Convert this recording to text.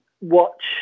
watch